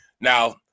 Now